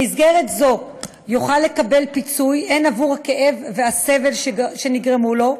במסגרת זו הוא יוכל לקבל פיצוי הן עבור הכאב והסבל שנגרמו לו,